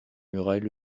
muraille